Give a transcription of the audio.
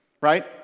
Right